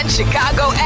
Chicago